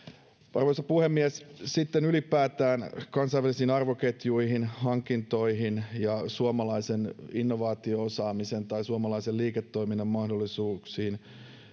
arvoisa puhemies sitten ylipäätään kansainvälisiin arvoketjuihin hankintoihin ja suomalaisen innovaatio osaamisen tai suomalaisen liiketoiminnan mahdollisuuksiin